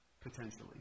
potentially